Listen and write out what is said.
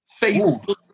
Facebook